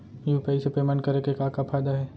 UPI से payment करे के का का फायदा हे?